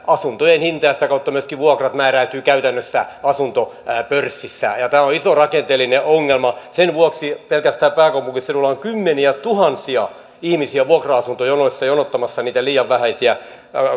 vaan asuntojen hinta ja sitä kautta myöskin vuokrat määräytyvät käytännössä asuntopörssissä tämä on iso rakenteellinen ongelma sen vuoksi pelkästään pääkaupunkiseudulla on kymmeniätuhansia ihmisiä vuokra asuntojonoissa jonottamassa niitä liian vähäisiä